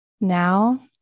Now